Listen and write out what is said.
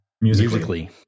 musically